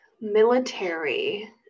military